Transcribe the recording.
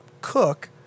cook